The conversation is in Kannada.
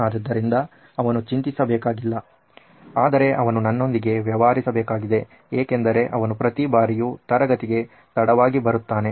ಆದ್ದರಿಂದ ಅವನು ಚಿಂತಿಸಬೇಕಾಗಿಲ್ಲ ಆದರೆ ಅವನು ನನ್ನೊಂದಿಗೆ ವ್ಯವಹಾರಿಸಬೇಕು ಏಕೆಂದರೆ ಅವನು ಪ್ರತಿ ಬಾರಿಯೂ ತರಗತಿಗೆ ತಡವಾಗಿ ಬರುತ್ತಾನೆ